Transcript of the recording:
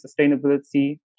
sustainability